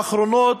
האחרונות,